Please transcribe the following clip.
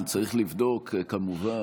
צריך לבדוק, כמובן,